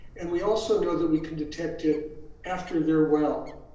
and we also know that we can detect it after they're well.